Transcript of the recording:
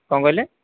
କ'ଣ କହିଲେ